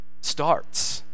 starts